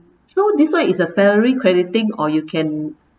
so this one is a salary crediting or you can